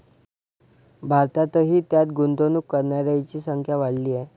भारतातही त्यात गुंतवणूक करणाऱ्यांची संख्या वाढली आहे